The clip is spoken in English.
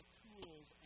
tools